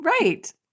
Right